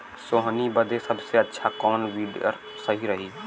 सोहनी बदे सबसे अच्छा कौन वीडर सही रही?